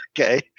Okay